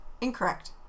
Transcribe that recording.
Incorrect